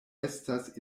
estas